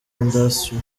industry